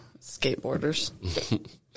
skateboarders